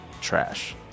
trash